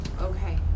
Okay